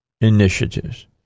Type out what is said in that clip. initiatives